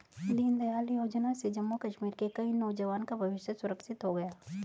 दीनदयाल योजना से जम्मू कश्मीर के कई नौजवान का भविष्य सुरक्षित हो गया